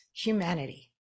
humanity